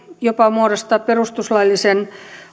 jopa muodostaa perustuslaillisen